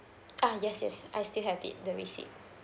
ah yes yes I still have it the receipt